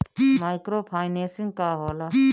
Micro financing का होला?